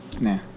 nah